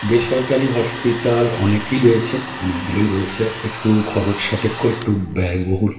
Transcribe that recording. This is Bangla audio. বেসরকারি হসপিটাল অনেকই রয়েছে অনেকগুলোই রয়েছে একটু খরচ সাপেক্ষ একটু ব্যয়বহুল